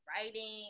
writing